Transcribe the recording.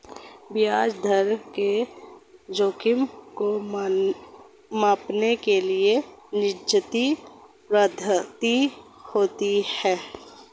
ब्याज दर के जोखिम को मांपने के लिए निश्चित पद्धति होती है